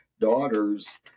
daughter's